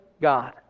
God